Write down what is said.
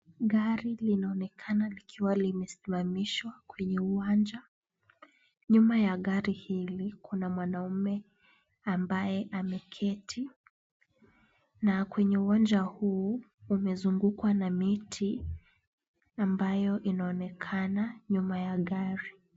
Gari linaonekana likiwa limesimamishwa kwenye uwanja. Nyuma ya gari hili kuna mwanaume ambaye ameketi na kwenye uwanja huu umezungukwa na miti, ambayo inaonekana nyuma ya gari.